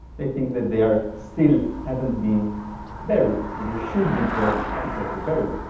they think that they are still haven't been buried, and they should be brought to proper burial.